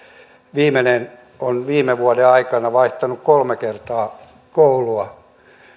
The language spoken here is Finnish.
viimeinen on viime vuoden aikana vaihtanut kolme kertaa koulua